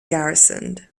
garrisoned